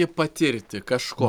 kaip patirti kažko